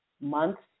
months